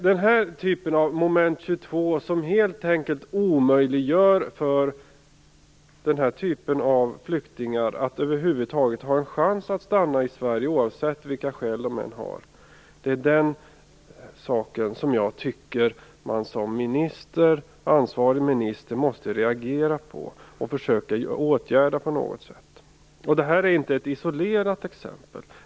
Den här typen av moment 22, som helt enkelt omöjliggör för sådana här flyktingar att över huvud taget ha en chans att stanna i Sverige, oavsett vilka skäl de har, är det som jag tycker man som ansvarig minister måste reagera på och försöka åtgärda på något sätt. Det här är inte ett isolerat exempel.